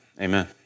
Amen